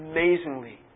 Amazingly